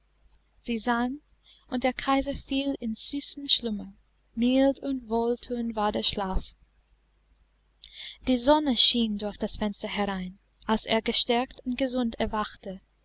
sie sang und der kaiser fiel in süßen schlummer mild und wohlthuend war der schlaf die sonne schien durch das fenster herein als er gestärkt und gesund erwachte